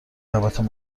همتون